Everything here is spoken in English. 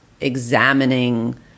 examining